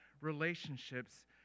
relationships